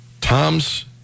Tom's